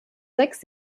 sechs